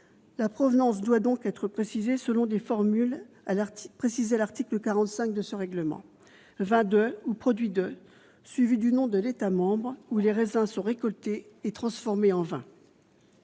La provenance doit donc être précisée selon des formules précisées à l'article 45 de ce règlement :" vin de " ou " produit de ", suivi du nom de l'État membre où les raisins sont " récoltés et transformés en vin